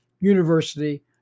university